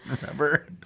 remember